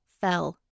fell